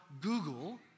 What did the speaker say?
Google